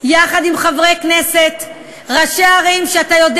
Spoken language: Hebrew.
יחד עם חברי כנסת, ראשי ערים, ואתה יודע